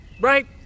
Right